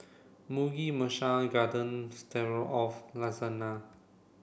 Mugi Meshi Garden Stroganoff Lasagna